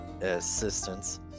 assistance